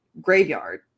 graveyard